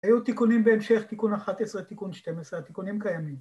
‫היו תיקונים בהמשך, ‫תיקון 11, תיקון 12, התיקונים קיימים.